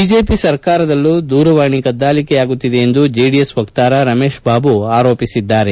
BJP ಸರ್ಕಾರದಲ್ಲೂ ದೂರವಾಣಿ ಕದ್ಗಾಲಿಕೆ ಆಗುತ್ತಿದೆ ಎಂದು ಜೆಡಿಎಸ್ ವಕ್ತಾರ ರಮೇಶ್ ಬಾಬು ಆರೋಪಿಸಿದ್ದಾರೆ